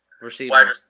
Receiver